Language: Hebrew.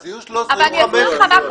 אז במקום אחד יהיו שלושה.